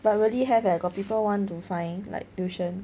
but really have eh got people want to find like tuition